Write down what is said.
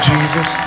Jesus